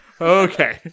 Okay